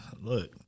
look